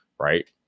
right